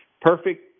perfect